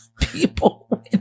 People